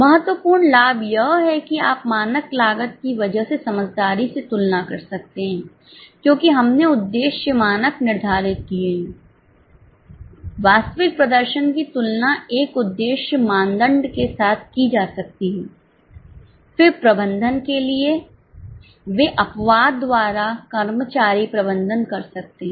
महत्वपूर्ण लाभ यह है कि आप मानक लागत की वजह से समझदारी से तुलना कर सकते हैं क्योंकि हमने उद्देश्य मानक निर्धारित किए हैं वास्तविक प्रदर्शन की तुलना एक उद्देश्य मानदंड के साथ की जा सकती है फिर प्रबंधन के लिए वे अपवाद द्वारा कर्मचारी प्रबंधन कर सकते हैं